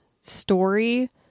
story